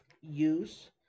use